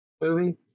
movie